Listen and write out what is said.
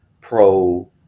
pro